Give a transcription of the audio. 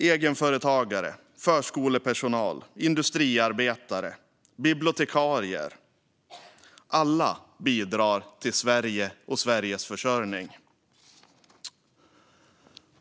Egenföretagare, förskolepersonal, industriarbetare, bibliotekarier - alla bidrar till Sverige och Sveriges försörjning.